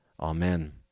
Amen